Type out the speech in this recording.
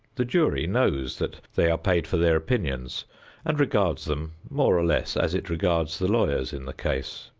the jury knows that they are paid for their opinions and regards them more or less as it regards the lawyers in the case.